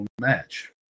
match